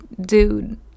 dude